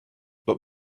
but